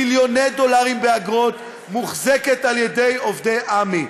מיליוני דולרים באגרות, מוחזקת על ידי עובדי עמ"י.